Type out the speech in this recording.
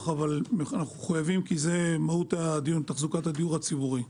אבל אנחנו מחויבים כי זאת מהות הדיון תחזוקת הדיור הציבורי.